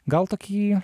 gal tokį